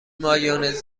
مایونز